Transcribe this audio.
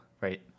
right